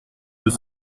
deux